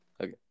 okay